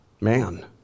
man